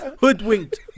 hoodwinked